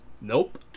nope